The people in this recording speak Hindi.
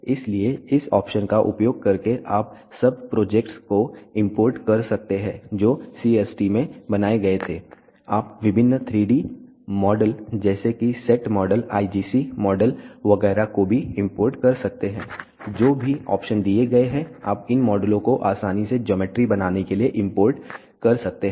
इसलिए इस ऑप्शन का उपयोग करके आप सब प्रोजेक्ट्स को इंपोर्ट कर सकते हैं जो CST में बनाए गए थे आप विभिन्न 3D मॉडल जैसे कि सेट मॉडल IGS मॉडल वगैरह को भी इंपोर्ट कर सकते हैं जो भी ऑप्शन दिए गए हैं आप इन मॉडलों को आसानी से ज्योमेट्री बनाने के लिए इंपोर्ट कर सकते हैं